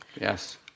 Yes